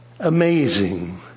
Amazing